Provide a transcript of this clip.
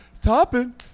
Topping